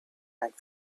and